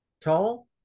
tall